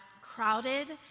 crowded